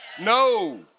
No